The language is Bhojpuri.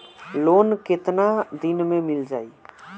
लोन कितना दिन में मिल जाई?